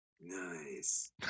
nice